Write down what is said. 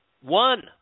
One